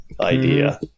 idea